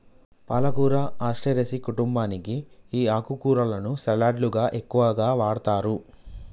పాలకూర అస్టెరెసి కుంటుంబానికి ఈ ఆకుకూరలను సలడ్లకు ఎక్కువగా వాడతారు